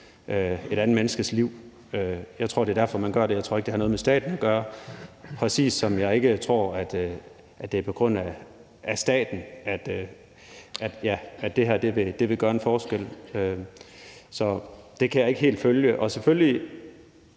et andet menneskes liv. Jeg tror, det er derfor, man gør det. Jeg tror ikke, det har noget med staten at gøre, præcis ligesom jeg heller ikke tror, at det er på grund af staten, at det her vil gøre en forskel. Så det kan jeg ikke helt følge, og selvfølgelig